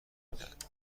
میدهد